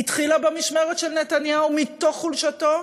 התחילה במשמרת של נתניהו מתוך חולשתו,